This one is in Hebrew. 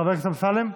חבר הכנסת אמסלם.